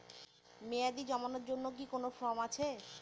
মেয়াদী জমানোর জন্য কি কোন ফর্ম আছে?